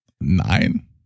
nein